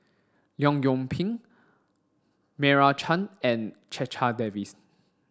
Leong Yoon Pin Meira Chand and Checha Davies